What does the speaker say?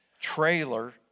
trailer